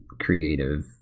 creative